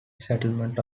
settlement